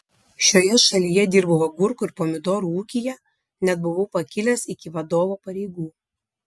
šioje šalyje dirbau agurkų ir pomidorų ūkyje net buvau pakilęs iki vadovo pareigų